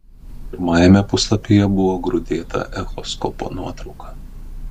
pirmajame puslapyje buvo grūdėta echoskopo nuotrauka